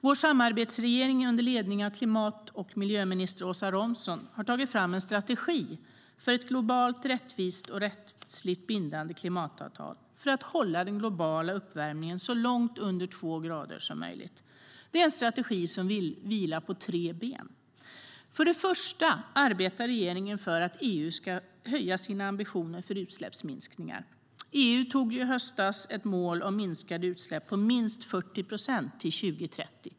Vår samarbetsregering under ledning av klimat och miljöminister Åsa Romson har tagit fram en strategi för ett globalt, rättvist och rättsligt bindande klimatavtal för att hålla den globala uppvärmningen så långt under två grader som möjligt. Det är en strategi som vilar på tre ben. För det första arbetar regeringen för att EU ska höja sina ambitioner för utsläppsminskningar. EU antog i höstas ett mål om minskade utsläpp på minst 40 procent till 2030.